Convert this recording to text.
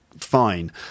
fine